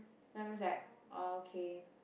then I'm just like oh okay